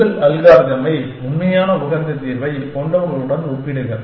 உங்கள் அல்காரிதமை உண்மையான உகந்த தீர்வைக் கொண்டவர்களுடன் ஒப்பிடுக